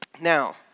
Now